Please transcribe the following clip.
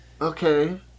okay